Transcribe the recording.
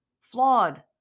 Flawed